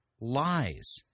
lies